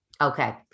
Okay